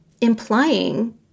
implying